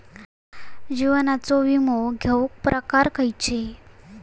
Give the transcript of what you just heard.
जीवनाचो विमो घेऊक प्रकार खैचे?